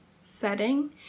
setting